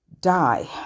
die